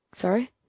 Sorry